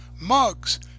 mugs